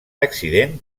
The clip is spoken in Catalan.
accident